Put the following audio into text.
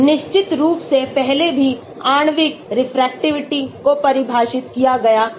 निश्चित रूप से पहले भी आणविक रेफ्रेक्टिविटी को परिभाषित किया गया है